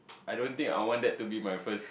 I don't think I want that to be my first